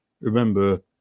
remember